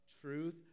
truth